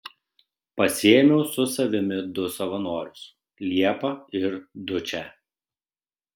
pasiėmiau su savimi du savanorius liepą ir dučę